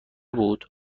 بود